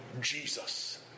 Jesus